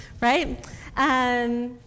right